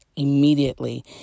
Immediately